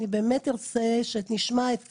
אני באמת ארצה שנשמע את רון,